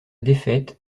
défaite